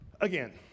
Again